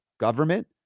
government